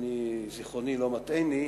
אם זיכרוני אינו מטעני,